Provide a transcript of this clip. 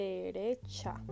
Derecha